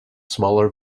smaller